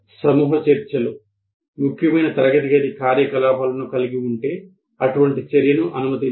సమూహ చర్చలు ముఖ్యమైన తరగతి గది కార్యకలాపాలను కలిగి ఉంటే అటువంటి చర్యను అనుమతించాలి